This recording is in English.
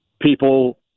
people